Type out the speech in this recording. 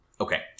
Okay